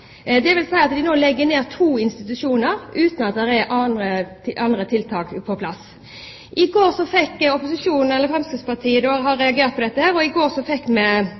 at de nå legger ned to institusjoner uten at det er andre tiltak på plass. Fremskrittspartiet har reagert på dette, og i går fikk